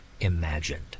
imagined